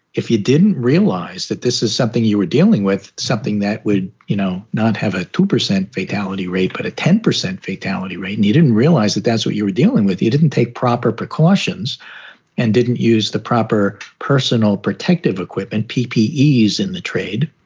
if you didn't realize that this is something you were dealing with, something that would, you know, not have a two percent fatality rate, but a ten percent fatality rate, and you didn't realize that that's what you were dealing with. you didn't take proper precautions and didn't use the proper personal protective equipment ppe ease ease in the trade.